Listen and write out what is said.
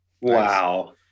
wow